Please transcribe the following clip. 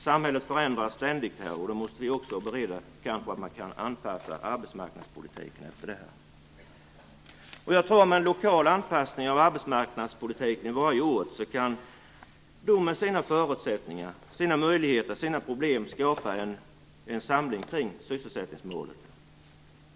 Samhället förändras ständigt, och då måste vi också anpassa arbetsmarknadspolitiken därefter. Med en lokal anpassning av arbetsmarknadspolitiken på varje ort kan man där med sina förutsättningar, sina möjligheter och sina problem skapa en samling kring sysselsättningsmålet.